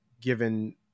given